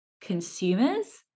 consumers